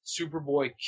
Superboy